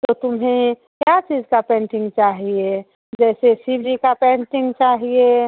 तो तुम्हें क्या चीज़ का पेंटिंग चाहिए जैसे शिव जी का पेंटिंग चाहिए